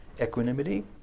Equanimity